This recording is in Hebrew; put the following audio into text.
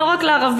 לא רק לערבים,